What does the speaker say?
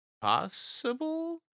possible